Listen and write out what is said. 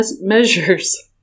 measures